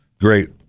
great